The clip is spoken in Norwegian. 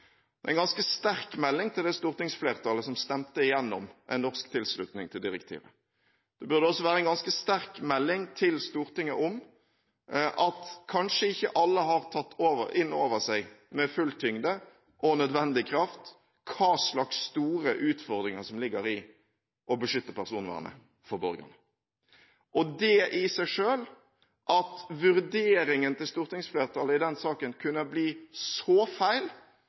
Det er en ganske sterk melding til det stortingsflertallet som stemte gjennom en norsk tilslutning til direktivet. Det burde også være en ganske sterk melding til Stortinget om at kanskje ikke alle har tatt innover seg med full tyngde og nødvendig kraft hva slags store utfordringer som ligger i å beskytte personvernet for borgerne. Det i seg selv – at vurderingen til stortingsflertallet i den saken kunne bli så feil,